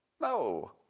no